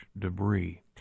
debris